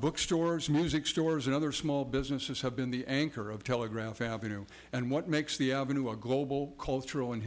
book stores music stores and other small businesses have been the anchor of telegraph avenue and what makes the avenue a global cultural and